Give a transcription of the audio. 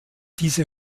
diese